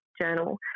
journal